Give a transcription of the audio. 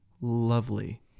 lovely